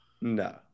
no